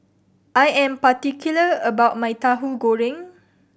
I am particular about my Tahu Goreng